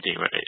right